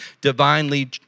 divinely